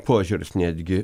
požiūris netgi